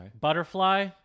Butterfly